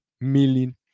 million